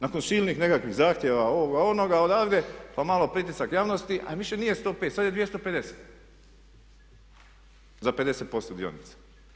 Nakon silnih nekakvih zahtjeva, ovoga, onoga odavde, pa malo pritisak javnosti a više nije 105, sad je 250, za 50% dionica.